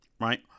Right